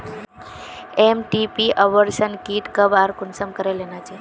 MTP abortion kit कब आर कुंसम करे लेना चही?